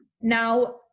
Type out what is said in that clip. Now